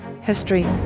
history